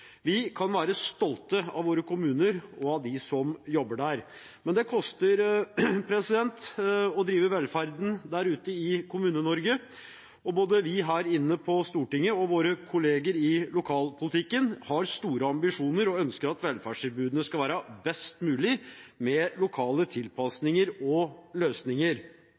Vi kan være stolte av våre kommuner og dem som jobber der. Men det koster å drive velferden der ute i Kommune-Norge, og både vi her inne på Stortinget og våre kollegaer i lokalpolitikken har store ambisjoner og ønsker at velferdstilbudene skal være best mulig, med lokale tilpasninger og løsninger.